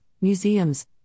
museums